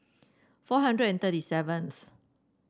four hundred and thirty seventh